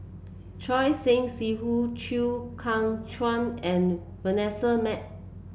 Choor Singh Sidhu Chew Kheng Chuan and Vanessa Mae